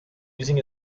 using